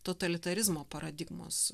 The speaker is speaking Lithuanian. totalitarizmo paradigmos